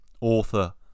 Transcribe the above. author